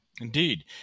Indeed